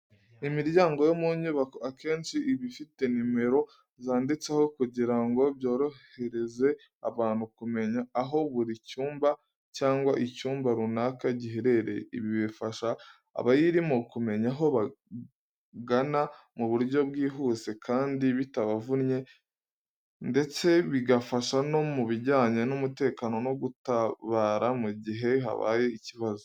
Imiryango yo mu nyubako akenshi iba ifite nimero zanditseho kugira ngo byorohereze abantu kumenya aho buri cyumba cyangwa icyumba runaka giherereye. Ibi bifasha abayirimo kumenya aho bagana mu buryo bwihuse kandi butavunanye, ndetse bigafasha no mu bijyanye n'umutekano no gutabara mu gihe habaye ikibazo.